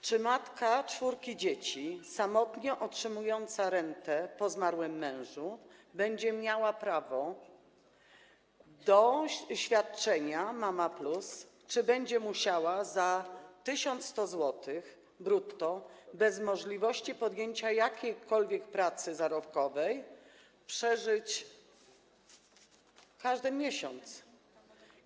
Czy matka czwórki dzieci samotnie otrzymująca rentę po zmarłym mężu będzie miała prawo do świadczenia „Mama+”, czy będzie musiała za 1100 zł brutto bez możliwości podjęcia jakiejkolwiek pracy zarobkowej przeżyć każdy miesiąc?